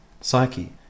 psyche